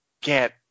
get